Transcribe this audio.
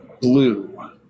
blue